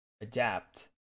adapt